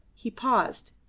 he paused,